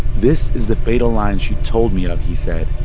this is the fatal line she told me of, he said.